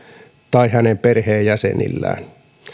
tai hänen perheenjäsenillään